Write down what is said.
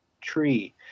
tree